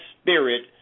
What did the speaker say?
spirit